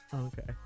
Okay